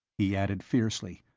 he added fiercely.